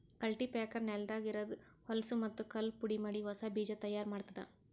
cultipacker ನೆಲದಾಗ ಇರದ್ ಹೊಲಸೂ ಮತ್ತ್ ಕಲ್ಲು ಪುಡಿಮಾಡಿ ಹೊಸಾ ಬೀಜ ತೈಯಾರ್ ಮಾಡ್ತುದ